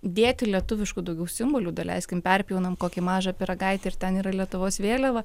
dėti lietuviškų daugiau simbolių daleiskim perpjaunam kokį mažą pyragaitį ir ten yra lietuvos vėliava